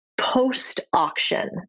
post-auction